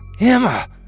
Emma